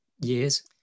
years